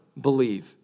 believe